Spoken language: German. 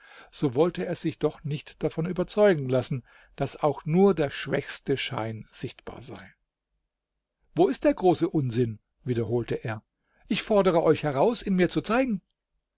so wollte er sich doch nicht davon überzeugen lassen daß auch nur der schwächste schein sichtbar sei wo ist der große unsinn wiederholte er ich fordere euch heraus ihn mir zu zeigen